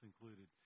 included